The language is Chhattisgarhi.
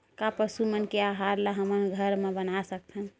का पशु मन के आहार ला हमन घर मा बना सकथन?